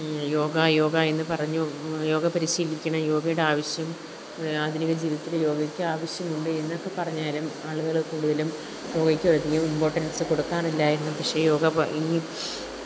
യോഗ യോഗ എന്ന് പറഞ്ഞു യോഗ പരിശീലിക്കണം യോഗയുടെ ആവശ്യം ആധുനിക ജീവിതത്തിൽ യോഗയ്ക്ക് ആവശ്യമുണ്ട് എന്നൊക്കെ പറഞ്ഞാലും ആളുകൾ കൂടുതലും യോഗയ്ക്ക് അധികം ഇമ്പോർട്ടന്സ് കൊടുക്കാറില്ലായിരുന്നു പക്ഷേ യോഗ ഇനി